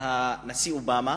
מהנשיא אובמה